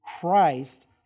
Christ